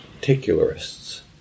particularists